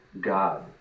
God